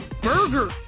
Burger